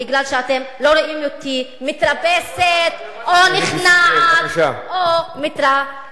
בגלל שאתם לא רואים אותי מתרפסת או נכנעת או מתרככת.